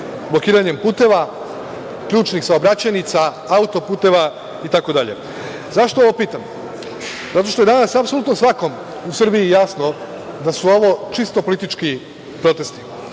blokiranjem puteva ključnih saobraćajnica, autoputeva itd.Zašto ovo pitam? Zato što je danas apsolutno svakom u Srbiji jasno da su ovo čisto politički protesti,